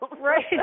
Right